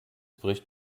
bricht